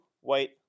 white